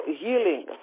healing